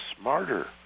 smarter